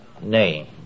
name